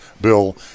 Bill